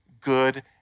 good